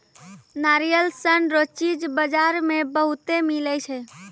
नारियल सन रो चीज बजार मे बहुते मिलै छै